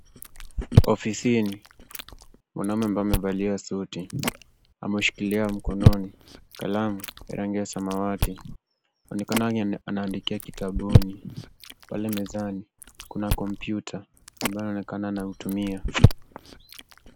Ofisini, mwanaume ambaye amevalia suti ameshikilia mkononi kalamu ya rangi ya samawati kuonekana anaandikia kitabuni. Pale mezani, kuna kompyuta ambayo anaonekana anautumia.